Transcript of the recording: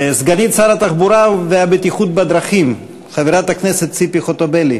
סגנית שר התחבורה והבטיחות בדרכים חברת הכנסת ציפי חוטובלי.